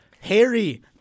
Harry